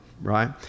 Right